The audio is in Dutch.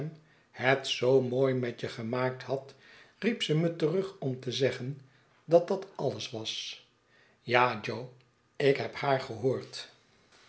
het zoo mooi met je gemaakt had riep ze me terug om te zeggen dat dat alles was ja jo ik heb haar gehoord